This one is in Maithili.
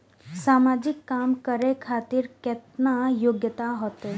समाजिक काम करें खातिर केतना योग्यता होते?